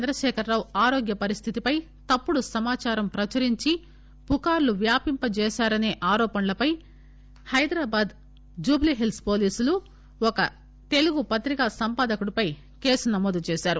చంద్రశేఖర్ రావు ఆరోగ్య పరిస్దితిపై తప్పుడు సమాచారం ప్రచురించి పుకార్లు వ్యాపింప చేశారనే ఆరోపణలపై హైదరాబాద్లోని జుాబ్లీ హిల్స్ పోలీసులు తెలుగు పత్రికా సంపాదకుడిపై కేసు నమోదు చేశారు